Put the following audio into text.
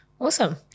Awesome